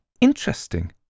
interesting